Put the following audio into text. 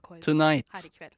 tonight